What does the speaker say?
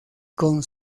con